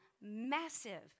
massive